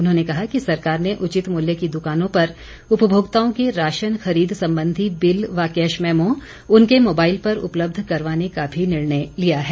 उन्होंने कहा कि सरकार ने उचित मूल्य की दुकानों पर उपमोक्ताओं के राशन खरीद संबंधी बिल व कैशमैमो उनके मोबाइल पर उपलब्ध करवाने का भी निर्णय लिया है